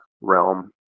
realm